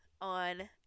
on